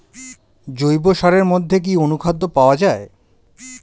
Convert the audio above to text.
জৈব সারের মধ্যে কি অনুখাদ্য পাওয়া যায়?